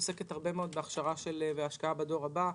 שעוסקת הרבה מאוד בהכשרה והשקעה בדור הבא.